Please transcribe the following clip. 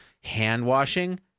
hand-washing